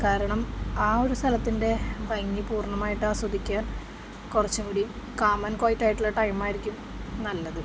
കാരണം ആ ഒരു സ്ഥലത്തിൻ്റെ ഭംഗി പൂർണ്ണമായിട്ട് ആസ്വദിക്കാൻ കുറച്ചുംകൂടി കാം ആന്ഡ് ക്വയറ്റ് ആയിട്ടുള്ള ടൈമായിരിക്കും നല്ലത്